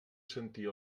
sentir